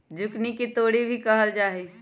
zucchini के तोरी भी कहल जाहई